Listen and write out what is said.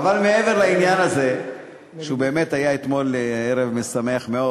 מעבר לעניין הזה שבאמת אתמול היה ערב משמח מאוד,